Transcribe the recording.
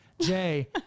Jay